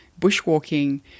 bushwalking